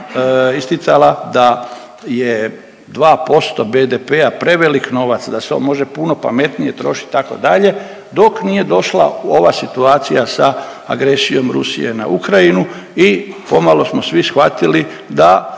isticala da je 2% BDP-a prevelik novac, da se on može puno pametnije trošiti, itd., dok nije došla ova situacija sa agresijom Rusije na Ukrajinu i pomalo smo svih shvatili da